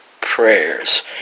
prayers